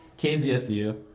KZSU